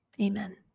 amen